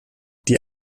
die